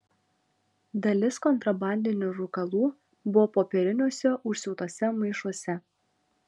dalis kontrabandinių rūkalų buvo popieriniuose užsiūtuose maišuose